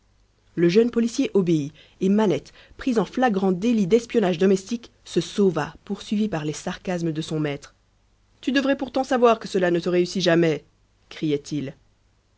le jeune policier obéit et manette prise en flagrant délit d'espionnage domestique se sauva poursuivie par les sarcasmes de son maître tu devrais pourtant savoir que cela ne te réussit jamais criait-il